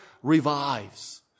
Revives